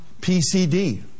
PCD